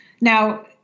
Now